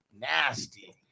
Nasty